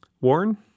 Warren